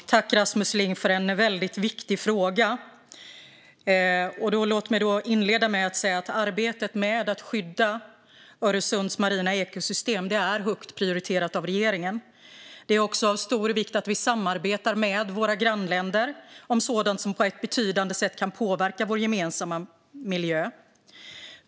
Fru talman! Jag tackar Rasmus Ling för en väldigt viktig fråga. Låt mig inleda med att säga att arbetet med att skydda Öresunds marina ekosystem är högt prioriterat av regeringen. Det är också av stor vikt att vi samarbetar med våra grannländer om sådant som på ett betydande sätt kan påverka vår gemensamma miljö.